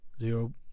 zero